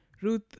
Ruth